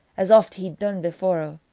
as oft he'd dune before,